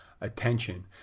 attention